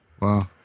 Wow